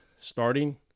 starting